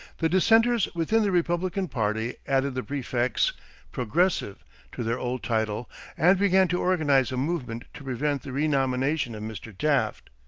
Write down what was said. the dissenters within the republican party added the prefix progressive to their old title and began to organize a movement to prevent the renomination of mr. taft.